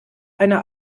einer